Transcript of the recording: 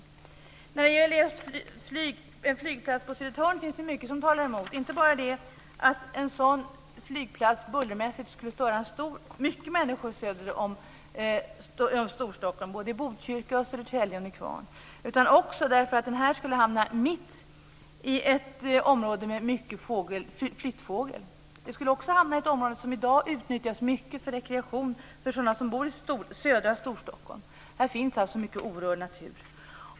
Det finns mycket som talar mot en flygplats på Södertörn - inte bara det faktum att en flygplats där bullermässigt skulle störa många människor i södra Nykvarn, utan också det faktum att flygplatsen skulle hamna mitt i ett område med mycket flyttfågel och i ett område som i dag mycket utnyttjas för rekreation för dem som bor i södra Storstockholm. Här finns det alltså mycket orörd natur.